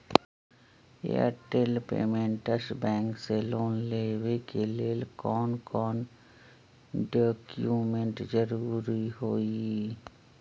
Airtel payments bank से loan लेवे के ले कौन कौन डॉक्यूमेंट जरुरी होइ?